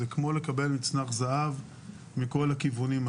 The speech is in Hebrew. זה כמו לקבל מצנח זהב מכל הכיוונים.